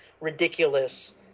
ridiculous